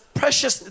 precious